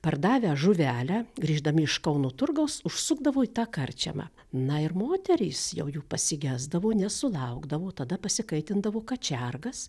pardavę žuvelę grįždami iš kauno turgaus užsukdavo į tą karčiamą na ir moterys jau jų pasigesdavo nesulaukdavo tada pasikaitindavo kačergas